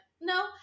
no